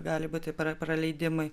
gali būti praleidimai